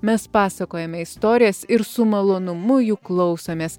mes pasakojame istorijas ir su malonumu jų klausomės